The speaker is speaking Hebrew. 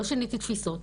לא שיניתי תפיסות,